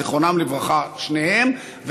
זיכרונם לברכה שניהם,